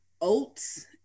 oats